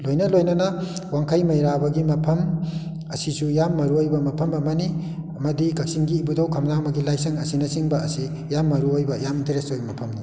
ꯂꯣꯏꯅ ꯂꯣꯏꯅꯅ ꯋꯥꯡꯈꯩ ꯃꯩꯔꯥꯕꯒꯤ ꯃꯐꯝ ꯑꯁꯤꯁꯨ ꯌꯥꯝ ꯃꯔꯨ ꯑꯣꯏꯕ ꯃꯐꯝ ꯑꯃꯅꯤ ꯑꯃꯗꯤ ꯀꯛꯆꯤꯡꯒꯤ ꯏꯕꯨꯙꯧ ꯈꯝꯂꯥꯡꯕꯒꯤ ꯂꯥꯏꯁꯪ ꯑꯁꯤꯅ ꯆꯤꯡꯕ ꯑꯁꯤ ꯌꯥꯝ ꯃꯔꯨ ꯑꯣꯏꯕ ꯌꯥꯝ ꯏꯟꯇꯔꯦꯁ ꯑꯣꯏꯕ ꯃꯐꯝꯅꯤ